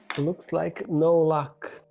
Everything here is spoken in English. it looks like no luck.